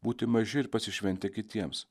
būti maži ir pasišventę kitiems